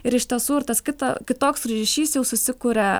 ir iš tiesų ir tas kita kitoks ryšys jau susikuria